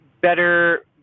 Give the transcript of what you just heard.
better